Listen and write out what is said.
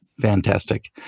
Fantastic